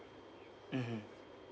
mmhmm